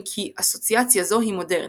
אם כי אסוציאציה זו היא מודרנית.